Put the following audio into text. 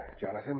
Jonathan